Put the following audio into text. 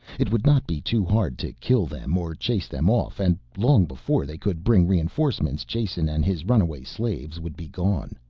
it would not be too hard to kill them or chase them off and long before they could bring reinforcements jason and his runaway slaves would be gone.